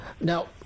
Now